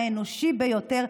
האנושי ביותר.